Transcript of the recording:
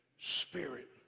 spirit